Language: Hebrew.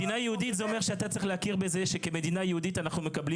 מדינה יהודית זה אומר שאתה צריך להכיר בזה שכמדינה יהודית אנחנו מקבלים